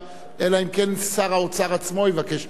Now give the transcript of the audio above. אלא אם כן שר האוצר עצמו יבקש להשיב עליה.